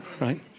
right